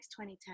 2010